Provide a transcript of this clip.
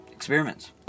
Experiments